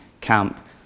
camp